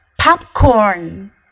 Popcorn